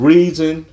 Reason